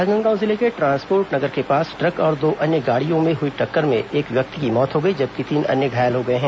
राजनांदगांव जिले के ट्रांसपोर्ट नगर के पास ट्रक और दो अन्य गाड़ियों में हुई टक्कर में एक व्यक्ति की मौत हो गई जबकि तीन अन्य घायल हो गए हैं